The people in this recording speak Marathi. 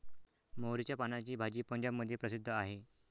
मोहरीच्या पानाची भाजी पंजाबमध्ये प्रसिद्ध आहे